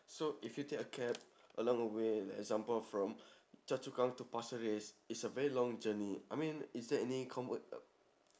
so if you take a cab along the way like example from choa chu kang to pasir ris it's a very long journey I mean is there any conver~